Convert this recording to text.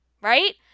Right